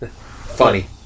Funny